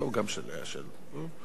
אדוני,